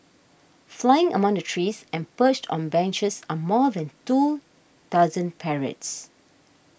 flying among the trees and perched on benches are more than two dozen parrots